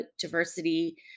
diversity